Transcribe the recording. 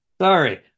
sorry